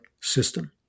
system